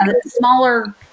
smaller